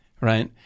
right